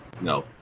No